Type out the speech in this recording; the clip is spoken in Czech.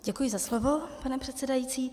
Děkuji za slovo, pane předsedající.